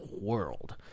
world